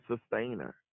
sustainer